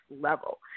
level